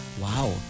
Wow